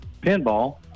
pinball